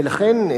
ולכן,